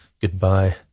goodbye